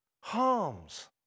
harms